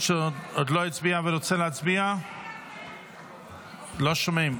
לא שומעים.